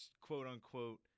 quote-unquote